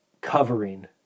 covering